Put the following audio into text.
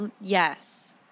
yes